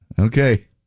Okay